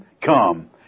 come